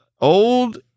old